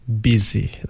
busy